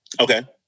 Okay